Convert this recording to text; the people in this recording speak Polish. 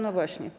No właśnie.